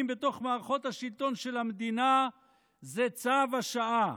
בתוך מערכות השלטון של המדינה זה צו השעה,